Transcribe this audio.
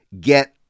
get